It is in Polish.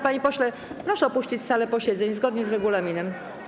Panie pośle, proszę opuścić salę posiedzeń, zgodnie z regulaminem.